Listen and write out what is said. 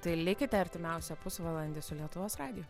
tai likite artimiausią pusvalandį su lietuvos radiju